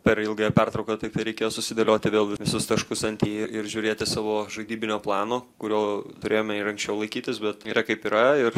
per ilgąją pertrauką tiktai reikėjo susidėlioti vėl visus taškus ant i ir žiūrėti savo žaidybinio plano kurio turėjome ir anksčiau laikytis bet yra kaip yra ir